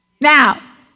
Now